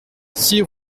six